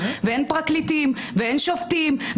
ואין פרקליטים ואין שופטים,